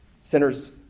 Sinners